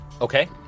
Okay